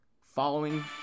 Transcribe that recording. following